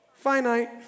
Finite